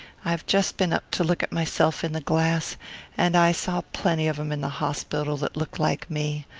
i've just been up to look at myself in the glass and i saw plenty of em in the hospital that looked like me.